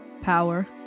power